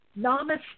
Namaste